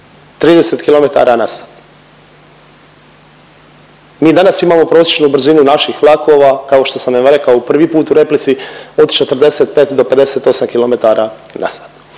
30 km/h. Mi danas imamo prosječnu brzinu naših vlakova, kao što sam i rekao prvi put u replici, od 45 do 58 km/h.